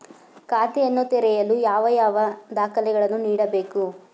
ಖಾತೆಯನ್ನು ತೆರೆಯಲು ಯಾವ ಯಾವ ದಾಖಲೆಗಳನ್ನು ನೀಡಬೇಕು?